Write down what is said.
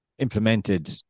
Implemented